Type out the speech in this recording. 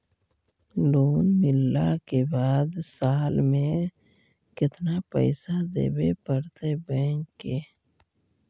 Loan मिलला के बाद साल में केतना पैसा देबे पड़तै बैक के?